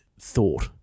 thought